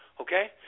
Okay